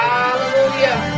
Hallelujah